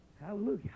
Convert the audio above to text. Hallelujah